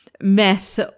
meth